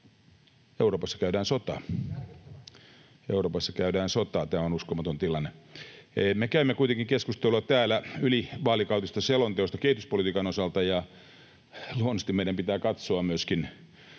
Euroopassa käydään sotaa. Tämä on uskomaton tilanne. Me käymme kuitenkin keskustelua täällä ylivaalikautisesta selonteosta kehityspolitiikan osalta, ja luonnollisesti meidän pitää katsoa myöskin